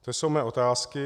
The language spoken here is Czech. To jsou mé otázky.